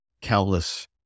countless